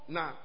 Now